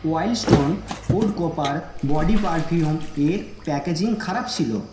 wild Stone Code Copper body পারফিউমের packaging খারাপ ছিল